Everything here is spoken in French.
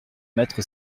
mettre